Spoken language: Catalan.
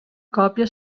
còpia